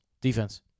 Defense